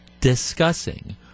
discussing